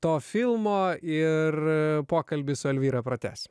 to filmo ir pokalbį su elvyra pratęsim